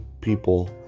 people